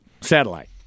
satellite